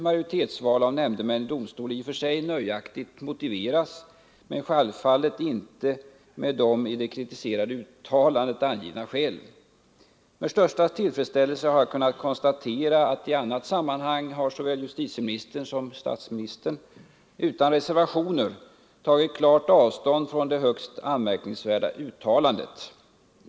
av nämndemän i domstol i och för sig nöjaktigt motiveras men självfallet inte med de i det kritiserade uttalandet angivna skälen. Med största tillfredsställelse har jag kunnat konstatera att såväl justitieministern som statsministern i annat sammanhang utan reservationer tagit klart avstånd från det högst anmärkningsvärda uttalandet.